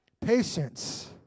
patience